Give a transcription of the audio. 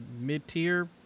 mid-tier